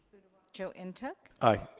joe and ntuk? aye.